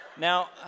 Now